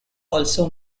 also